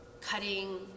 cutting